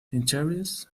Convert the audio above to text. interiors